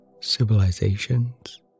civilizations